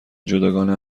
جداگانه